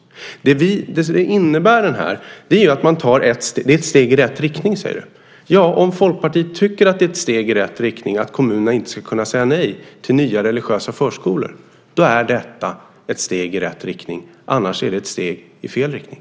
Det är ett steg i rätt riktning, säger du. Ja, om Folkpartiet tycker att det är ett steg i rätt riktning att kommunerna inte ska kunna säga nej till nya religiösa förskolor. Då är detta ett steg i rätt riktning. Annars är det ett steg i fel riktning.